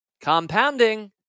compounding